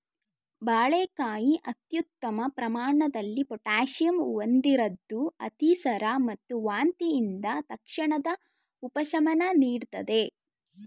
ಬಾಳೆಕಾಯಿ ಅತ್ಯುತ್ತಮ ಪ್ರಮಾಣದಲ್ಲಿ ಪೊಟ್ಯಾಷಿಯಂ ಹೊಂದಿರದ್ದು ಅತಿಸಾರ ಮತ್ತು ವಾಂತಿಯಿಂದ ತಕ್ಷಣದ ಉಪಶಮನ ನೀಡ್ತದೆ